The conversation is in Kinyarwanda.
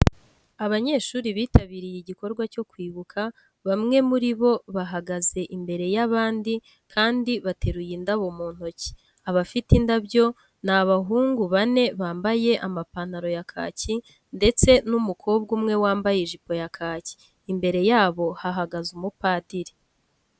Abanyeshuri bitabiriye igikorwa cyo kwibuka, bamwe muri bo bahagaze imbere y'abandi kandi bateruye indabyo mu ntoki. Abafite indabyo ni abahungu bane bambaye amapantaro ya kaki ndetse n'umukobwa umwe wambaye ijipo ya kaki. Imbere yabo hahagze umupadiri.